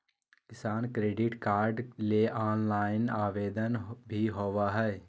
किसान credit card ले online आवेदन भी होबय हय